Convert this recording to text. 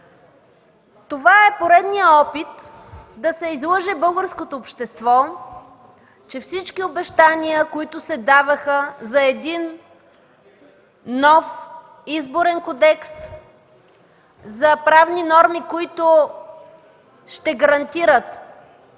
Това е поредният опит да се излъже българското общество, че всички обещания, които се даваха за един нов Изборен кодекс, за правни норми, които ще гарантират честни